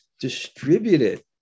distributed